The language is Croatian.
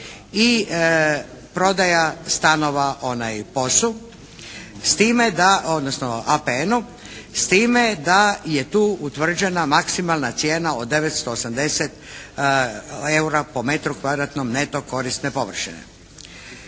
da odnosno APN-u s time da je tu utvrđena maksimalna cijena od 980 EUR-a po metru kvadratnom neto korisne površine.